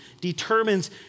determines